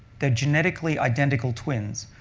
they're genetically identical twins.